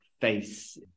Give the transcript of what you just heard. face